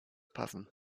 passen